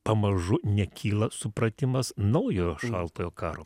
pamažu nekyla supratimas naujo šaltojo karo